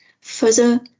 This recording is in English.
Further